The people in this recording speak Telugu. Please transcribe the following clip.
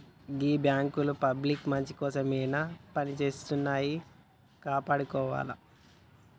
గీ బాంకులన్నీ పబ్లిక్ మంచికోసమే పనిజేత్తన్నయ్, కాపాడుకోవాల